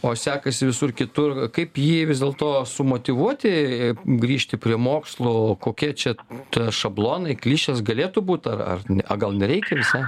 o sekasi visur kitur kaip jį vis dėlto sumotyvuoti grįžti prie mokslo kokie čia ta šablonai klišės galėtų būt ar ne a gal nereikia visai